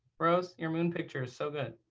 rose, your moon picture is so good.